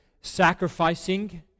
sacrificing